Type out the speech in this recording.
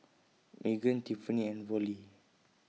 Meaghan Tiffani and Vollie